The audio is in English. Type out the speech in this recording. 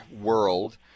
world